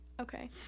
Okay